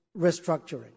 restructuring